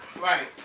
Right